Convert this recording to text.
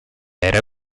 era